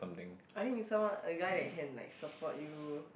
I think it's someone a guy who can like support you